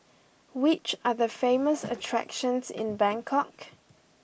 which are the famous attractions in Bangkok